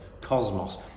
cosmos